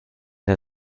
der